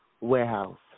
warehouse